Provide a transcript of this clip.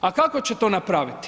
A kako će to napraviti?